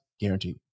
Guaranteed